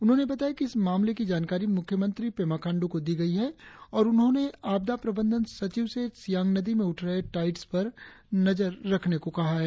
उन्होंने बताया कि इस मामले की जानकारी मुख्यमंत्री पेमा खांडू को दी गई है और उन्होंने आपदा प्रबंधन सचिव से सियांग नदी में उठ रहे टाईड्स पर नजर रखने को कहा है